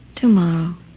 tomorrow